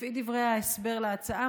לפי דברי ההסבר להצעה,